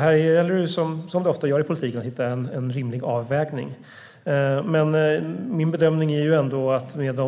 Här gäller det, som det ofta gör i politiken, att hitta en rimlig avvägning. Min bedömning är ändå att vi med